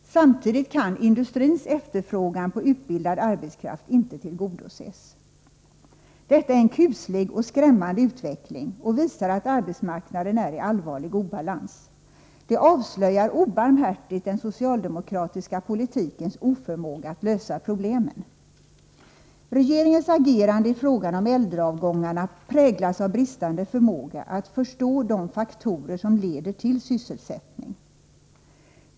Samtidigt kan industrins efterfrågan på utbildad arbetskraft inte tillgodoses. Detta är en kuslig och skrämmande utveckling. Det visar att arbetsmarknaden är i allvarlig obalans. Det avslöjar obarmhärtigt den socialdemokratiska politikens oförmåga när det gäller att lösa problemen. Regeringens agerande i frågan om äldreavgångarna präglas av bristande förmåga att förstå vilka faktorer det är som leder till sysselsättning.